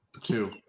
Two